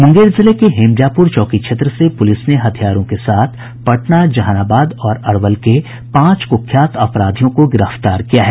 मुंगेर जिले के हेमजापुर चौकी क्षेत्र से पुलिस ने हथियारों के साथ पटना जहानाबाद और अरवल के पांच कुख्यात अपराधियों को गिरफ्तार किया है